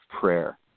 prayer